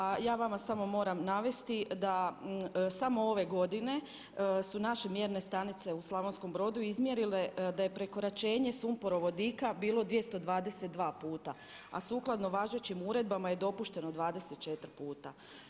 A ja vama samo moram navesti da samo ove godine su naše mjerne stanice u Slavonskom Brodu izmjerile da je prekoračenje sumporovodika bilo 222 puta, a sukladno važećim uredbama je dopušteno 24 puta.